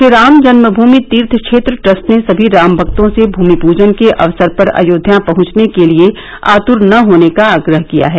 Shriram Janmabhoomi Teerth Kshetra trust ने सभी राम भक्तों से भूमि पूजन के अवसर पर अयोध्या पहुंचने के लिए आतुर न होने का आग्रह किया है